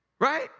Right